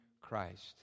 Christ